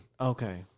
Okay